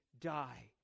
die